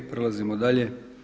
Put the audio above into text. Prelazimo dalje.